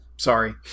Sorry